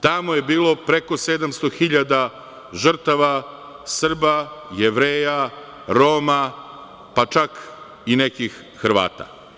Tamo je bilo preko 700 hiljada žrtava Srba, Jevreja, Roma, pa čak i nekih Hrvata.